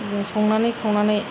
संनानै खावनानै